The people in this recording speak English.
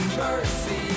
mercy